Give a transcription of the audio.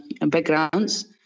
backgrounds